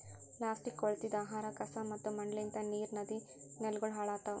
plastic, ಕೊಳತಿದ್ ಆಹಾರ, ಕಸಾ ಮತ್ತ ಮಣ್ಣಲಿಂತ್ ನೀರ್, ನದಿ, ನೆಲಗೊಳ್ ಹಾಳ್ ಆತವ್